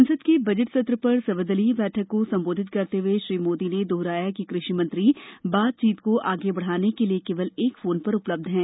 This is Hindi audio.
संसद के बजट सत्र पर सर्वदलीय बैठक को संबोधित करते हुए श्री मोदी ने दोहराया कि कृषि मंत्री बातचीत को आगे बढाने के लिए केवल एक फोन पर उपलब्ध हैं